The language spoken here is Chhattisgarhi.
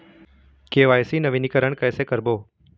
के.वाई.सी नवीनीकरण कैसे करबो?